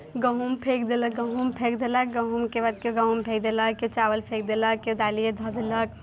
गहूँम फेँकि देलक गहूँम फेँकि देलक गहूँमके बाद केओ गहूँम फेँक देलक केओ चावल फेँक देलक केओ दालिए धऽ देलक